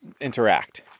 interact